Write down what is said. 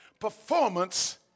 performance